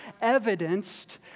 evidenced